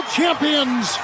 champions